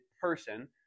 person